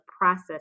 process